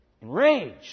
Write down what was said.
Enraged